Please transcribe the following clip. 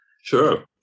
Sure